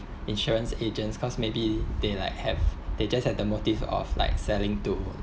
insurance agents cause maybe they like have they just have the motive of like selling to